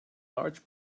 large